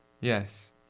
Yes